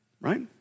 right